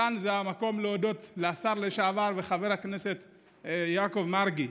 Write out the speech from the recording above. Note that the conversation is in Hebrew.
כאן המקום להודות לשר לשעבר וחבר הכנסת יעקב מרגי.